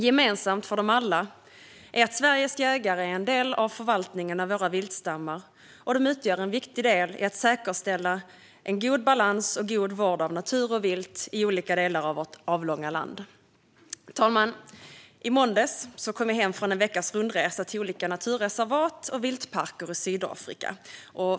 Gemensamt för alla Sveriges jägare är dock att de är en del av förvaltningen av våra viltstammar och utgör en viktig del i att säkerställa en god balans och en god vård av natur och vilt i olika delar av vårt avlånga land. Fru talman! I måndags kom jag hem från en veckas rundresa till olika naturreservat och viltparker i Sydafrika.